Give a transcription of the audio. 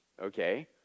Okay